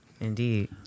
Indeed